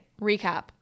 recap